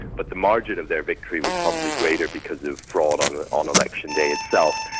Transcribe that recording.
but the margin of their victory was probably greater because of fraud on ah on election day itself.